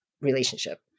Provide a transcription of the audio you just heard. relationship